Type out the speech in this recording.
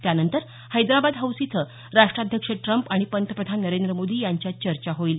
त्यानंतर हैदराबाद हाऊस इथं राष्ट्राध्यक्ष ट्रम्प आणि पंतप्रधान नरेंद्र मोदी यांच्यात चर्चा होईल